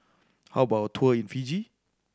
how about a tour in Fiji